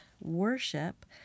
worship